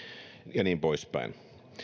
ja niin poispäin